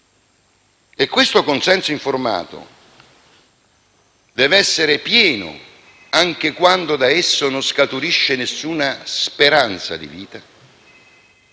Tale consenso informato deve essere pieno anche quando da esso non scaturisce nessuna speranza di vita,